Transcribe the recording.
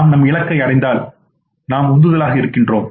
நாம் நம் இலக்கை அடைந்தால் நாம் உந்துதலாக இருக்கிறோம்